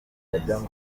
abagenzi